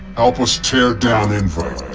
help us tear down invite.